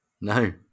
No